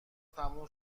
تموم